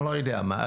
אני לא יודע מה,